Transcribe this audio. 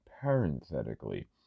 parenthetically